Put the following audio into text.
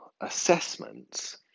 assessments